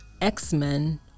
X-Men